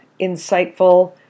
insightful